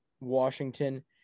Washington